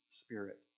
spirit